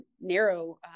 narrow